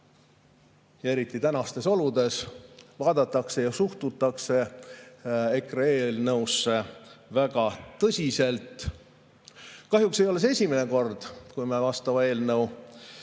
eriti tänastes oludes, suhtutakse EKRE eelnõusse väga tõsiselt. Kahjuks ei ole see esimene kord, kui vastav eelnõu